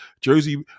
Jersey